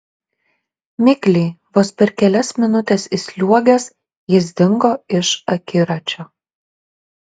mikliai vos per kelias minutes įsliuogęs jis dingo iš akiračio